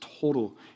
total